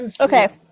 Okay